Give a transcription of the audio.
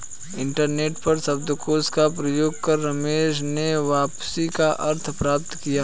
internet पर शब्दकोश का प्रयोग कर रमेश ने वापसी का अर्थ पता किया